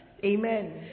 Amen